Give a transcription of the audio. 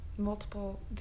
multiple